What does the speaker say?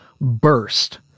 burst